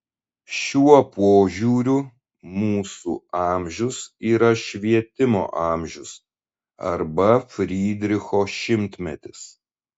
šiuo požiūriu mūsų amžius yra švietimo amžius arba frydricho šimtmetis